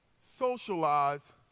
socialize